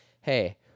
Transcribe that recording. hey